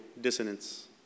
dissonance